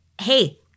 Hey